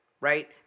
right